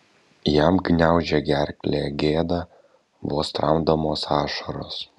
jam gniaužė gerklę gėda vos tramdomos ašaros